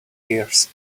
years